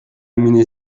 مینه